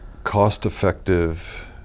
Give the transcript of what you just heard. Cost-effective